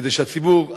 כדי שהציבור הדתי,